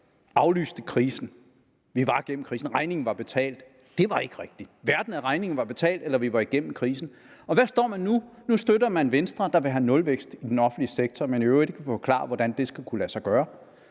aflyste krisen: Vi var gennem krisen, regningen var betalt. Det var ikke rigtigt – hverken at regningen var betalt, eller at vi var gennem krisen. Og hvor står man nu? Nu støtter man Venstre, der vil have nulvækst i den offentlige sektor, men i øvrigt ikke kan forklare, hvordan det skal kunne lade sig gøre.